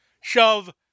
Shove